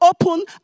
open